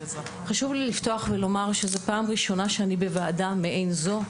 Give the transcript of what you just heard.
חשוב לי לפתוח ולומר שזו פעם ראשונה שאני בוועדה מעין זו,